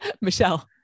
Michelle